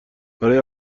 برای